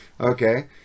Okay